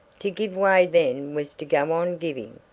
to give way then was to go on giving